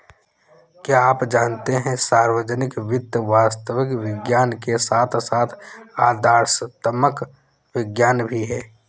क्या आप जानते है सार्वजनिक वित्त वास्तविक विज्ञान के साथ साथ आदर्शात्मक विज्ञान भी है?